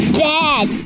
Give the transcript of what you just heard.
bad